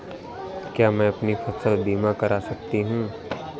क्या मैं अपनी फसल बीमा करा सकती हूँ?